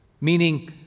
meaning